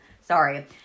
Sorry